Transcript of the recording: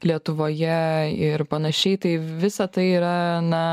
lietuvoje ir panašiai tai visa tai yra na